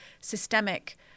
systemic